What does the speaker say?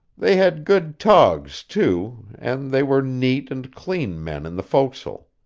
they had good togs, too, and they were neat and clean men in the forecastle.